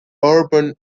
urban